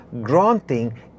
granting